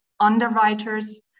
underwriters